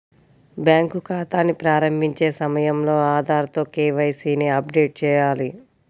bank ఖాతాని ప్రారంభించే సమయంలో ఆధార్ తో కే.వై.సీ ని అప్డేట్ చేయాలి